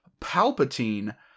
Palpatine